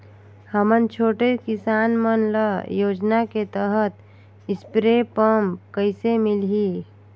हमन छोटे किसान मन ल योजना के तहत स्प्रे पम्प कइसे मिलही?